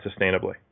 sustainably